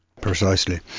Precisely